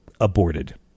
aborted